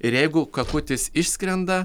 ir jeigu kakutis išskrenda